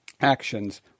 actions